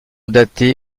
date